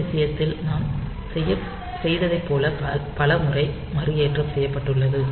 இந்த விஷயத்தில் நாம் செய்ததைப் போல பல முறை மறுஏற்றம் செய்யப்பட்டுள்ளது